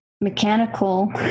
mechanical